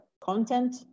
content